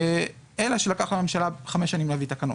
אלא שלקח לממשלה חמש שנים להביא תקנות.